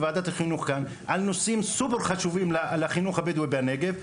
בוועדת חינוך על נושאים שממש חשובים לחינוך הבדואי בנגב,